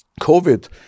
COVID